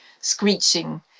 screeching